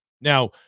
Now